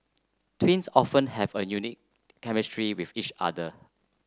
twins often have a unique chemistry with each other